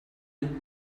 and